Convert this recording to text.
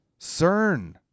CERN